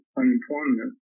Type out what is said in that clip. unemployment